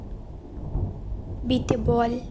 B ᱛᱮ ᱵᱚᱞ